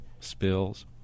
spills